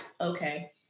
okay